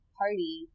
party